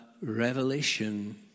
revelation